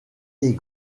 les